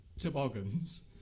toboggans